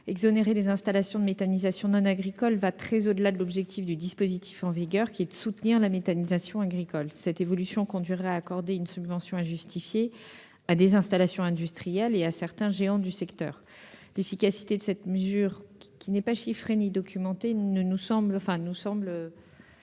Exonérer les installations de méthanisation non agricoles va très au-delà de l'objectif du dispositif en vigueur, qui est de soutenir la méthanisation agricole. Cette évolution conduirait à accorder une subvention injustifiée à des installations industrielles et à certains géants du secteur. L'efficacité de cette mesure, qui n'est ni chiffrée ni documentée, nous semble